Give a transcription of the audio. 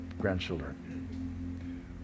grandchildren